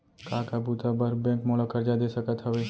का का बुता बर बैंक मोला करजा दे सकत हवे?